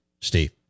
Steve